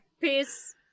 Peace